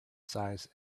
size